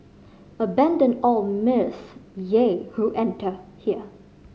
abandon all mirth Ye who enter here